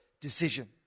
decision